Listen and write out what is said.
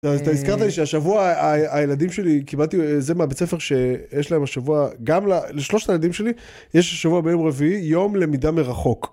אתה הזכרת לי שהשבוע הילדים שלי- קיבלתי מהבית ספר שיש להם השבוע, גם ל- לשלושת הילדים שלי יש השבוע ביום רביעי יום למידה מרחוק.